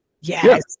Yes